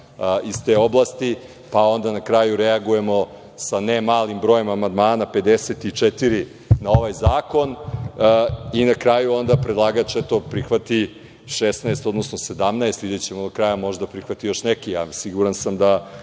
iz te oblasti, pa onda na kraju reagujemo sa ne malim brojem amandmana, 54 na ovaj zakon, i na kraju onda predlagač eto prihvati 16, odnosno 17. Videćemo do kraja, možda prihvati još neki. Siguran sam da